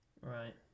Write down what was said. Right